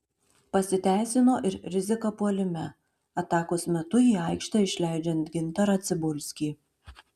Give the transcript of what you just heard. pasiteisino ir rizika puolime atakos metu į aikštę išleidžiant gintarą cibulskį